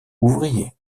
ouvrier